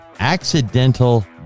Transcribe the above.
accidental